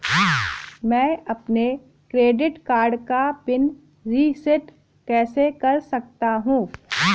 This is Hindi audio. मैं अपने क्रेडिट कार्ड का पिन रिसेट कैसे कर सकता हूँ?